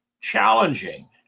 challenging